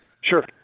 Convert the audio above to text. Sure